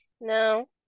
No